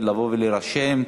שיבוא להירשם,